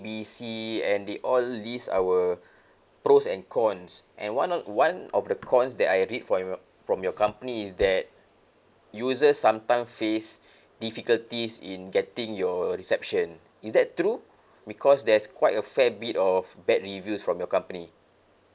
B C and they all list our pros and cons and one of one of the cons that I read from your from your company is that users sometime face difficulties in getting your reception is that true because there's quite a fair bit of bad reviews from your company